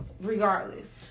regardless